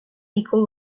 equal